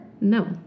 no